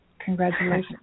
congratulations